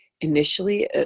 initially